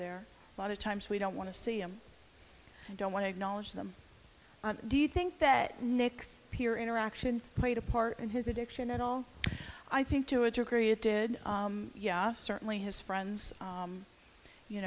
there a lot of times we don't want to see him and don't want to acknowledge them do you think that nick's peer interactions played a part in his addiction at all i think to a degree it did yeah certainly his friends